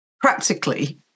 practically